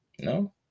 No